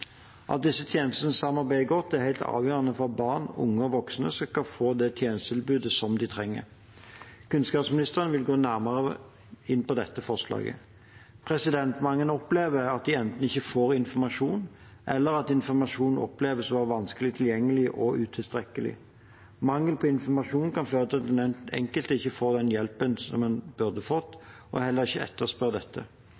At disse tjenestene samarbeider godt, er helt avgjørende for at barn, unge og voksne skal få det tjenestetilbudet de trenger. Kunnskapsministeren vil gå nærmere inn på dette forslaget. Mange opplever at de enten ikke får informasjon, eller at informasjonen oppleves å være vanskelig tilgjengelig og utilstrekkelig. Mangel på informasjon kan føre til at den enkelte ikke får den hjelpen som en burde fått,